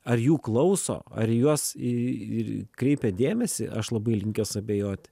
ar jų klauso ar į juos į kreipia dėmesį aš labai linkęs abejoti